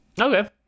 okay